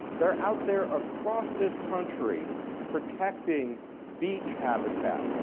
they're out there across this country protecting beach habitat.